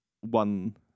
one